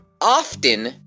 often